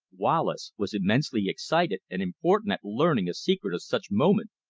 wallace was immensely excited and important at learning a secret of such moment,